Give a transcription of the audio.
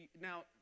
now